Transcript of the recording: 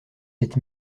sept